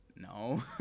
no